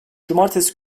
cumartesi